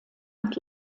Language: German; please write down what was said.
und